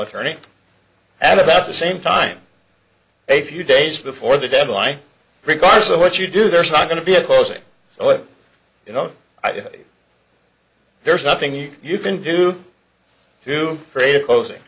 attorney at about the same time a few days before the deadline regardless of what you do there's not going to be a closing so if you know i did there's nothing you can do to create a closing